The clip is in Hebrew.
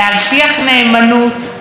להבטיח נאמנות,